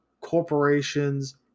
corporations